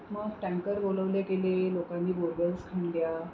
मग टँकर बोलवले गेले लोकांनी बोरवेल्स खणल्या